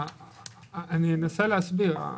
אנסה להסביר.